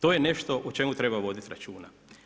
To je nešto o čemu treba voditi računa.